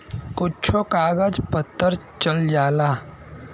कुच्छो कागज पत्तर चल जाला